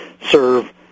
serve